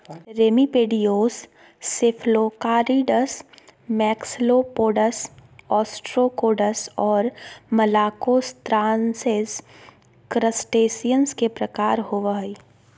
remipedes, cephalocarids, maxillopods, ostracods, और malacostracans, crustaceans के प्रकार होव हइ